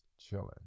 chilling